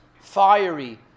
fiery